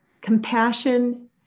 compassion